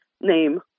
name